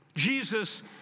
Jesus